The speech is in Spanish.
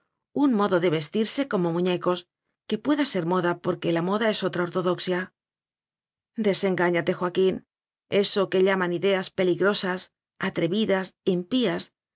un modo de vestirse como muñecos que pueda ser moda porque la moda es otra ortodoxia desengáñate joaquín eso que llaman ideas peligrosas atrevidas impías